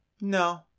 No